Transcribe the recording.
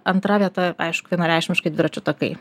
antra vieta aišku vienareikšmiškai dviračių takai